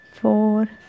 four